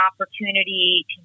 opportunity